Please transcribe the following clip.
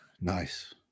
Nice